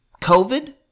COVID